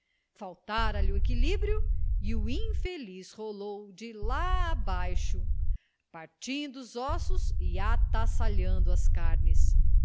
repente faltara lhe o equilíbrio e o infeliz rolou de lá abaixo partindo os ossos e atassalhando as carnes